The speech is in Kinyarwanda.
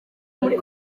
muri